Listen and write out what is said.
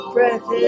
Breath